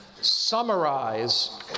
summarize